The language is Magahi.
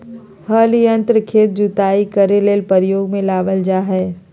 हल यंत्र खेत के जुताई करे ले प्रयोग में लाबल जा हइ